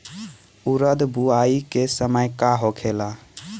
उरद बुआई के समय का होखेला?